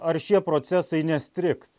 ar šie procesai nestrigs